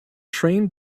train